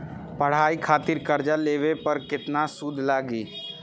पढ़ाई खातिर कर्जा लेवे पर केतना सूद लागी?